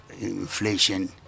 inflation